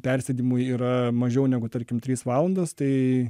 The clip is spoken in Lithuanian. persėdimų yra mažiau negu tarkim trys valandos tai